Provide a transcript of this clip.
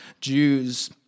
Jews